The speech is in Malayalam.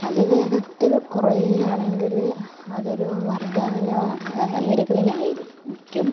അതിവേഗത്തിൽ കുറയുകയാണെങ്കിൽ അതൊരു വർദ്ധന നിരക്ക് തന്നെ ആയിരിക്കും